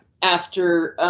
after